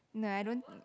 no I don't